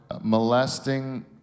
molesting